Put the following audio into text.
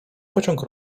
pociąg